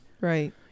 Right